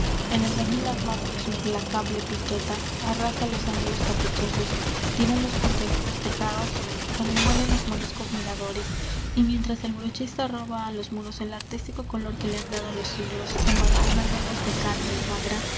templos el albañil armado de su implacable piqueta arrasa los ángulos caprichosos tira los puntiagudos tejados ó demuele los moriscos miradores y mientras el brochista roba á los muros el artístico color que le han dado los siglos embadurnándolos de cal y almagra